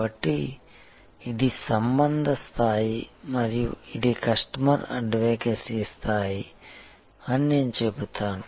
కాబట్టి ఇది సంబంధ స్థాయి మరియు ఇది కస్టమర్ అడ్వకెసీ స్థాయి అని నేను చెబుతాను